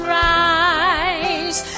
rise